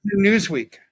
Newsweek